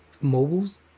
mobiles